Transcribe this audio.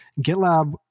GitLab